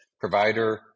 provider